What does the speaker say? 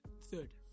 third